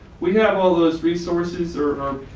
we have all those resources are